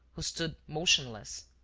who stood motionless,